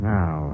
Now